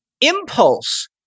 Impulse